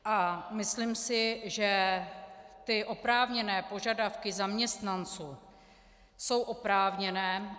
A myslím si, že ty oprávněné požadavky zaměstnanců jsou oprávněné.